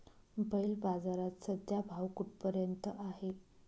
बैल बाजारात सध्या भाव कुठपर्यंत आहे?